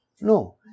No